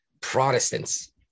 Protestants